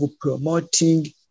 promoting